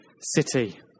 city